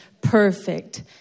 perfect